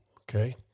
Okay